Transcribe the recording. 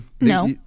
no